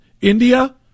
India